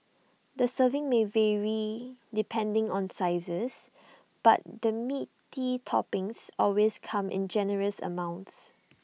the serving may vary depending on sizes but the meaty toppings always come in generous amounts